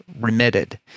remitted